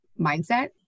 mindset